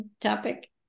topic